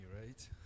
right